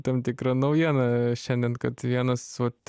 tam tikrą naujieną šiandien kad vienas vat